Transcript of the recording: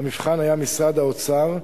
המבחן היה משרד האוצר,